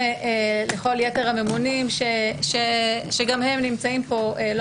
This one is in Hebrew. לכל יתר הממונים שגם הם נמצאים פה לא